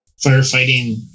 firefighting